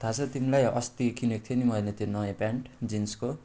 थाहा छ तिमीलाई अस्ति किनेको थिएँ नि मैले त्यो नयाँ पेन्ट जिन्सको